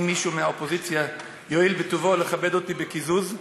אם מישהו מהאופוזיציה יואיל בטובו לכבד אותי בקיזוז,